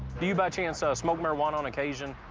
do you by chance ah smoke marijuana on occasion?